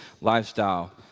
lifestyle